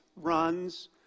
runs